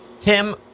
Tim